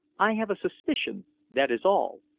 i have a suspicion that is all.